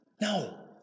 No